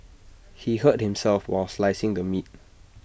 he hurt himself while slicing the meat